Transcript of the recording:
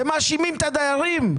אתם מאשימים את הדיירים.